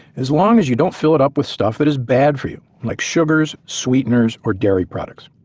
as long as you don't fill it up with stuff that is bad for you like sugars sweeteners, or dairy products.